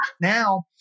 Now